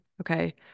Okay